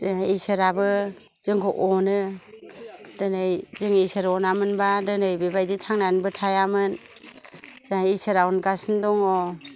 जोंहा इसोराबो जोंखौ अनो दिनै जों इसोर अनामोनबा दिनै बेबायदि थांनानैबो थायामोन जोंहा इसोरा अनगासिनो दङ